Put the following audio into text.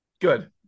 good